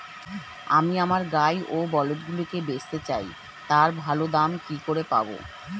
আমি আমার গাই ও বলদগুলিকে বেঁচতে চাই, তার ভালো দাম কি করে পাবো?